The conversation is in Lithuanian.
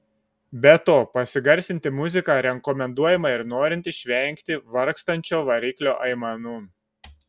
be to pasigarsinti muziką rekomenduojama ir norint išvengti vargstančio variklio aimanų